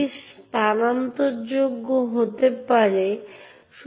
তাই এই প্রতিটি ক্ষেত্রে আমরা ফাইলটি পড়া লেখা বা চালানো যাবে কিনা তা নির্দিষ্ট করতে পারি